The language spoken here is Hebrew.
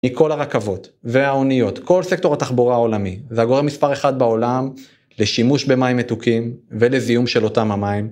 מכל הרכבות והאוניות, כל סקטור התחבורה העולמי, זה הגורם מספר אחד בעולם לשימוש במים מתוקים ולזיהום של אותם המים